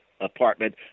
apartment